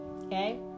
Okay